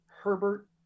Herbert